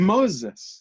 Moses